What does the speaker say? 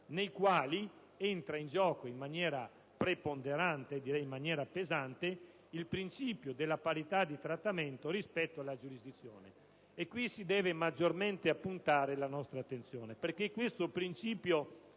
nei quali entra in gioco in maniera preponderante, direi pesante, il principio della parità di trattamento rispetto alla giurisdizione. Ed è su questo passaggio che si deve maggiormente appuntare la nostra attenzione, perché è un principio,